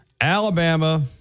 Alabama